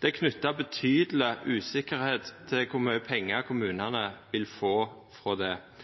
Det er knytt betydeleg usikkerheit til kor mykje pengar kommunane vil få frå det.